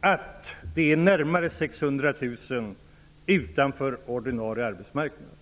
att närmare 600 000 står utanför den ordinarie arbetsmarknad.